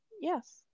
Yes